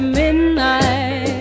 midnight